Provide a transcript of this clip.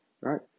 Right